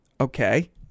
Okay